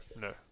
No